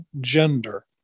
gender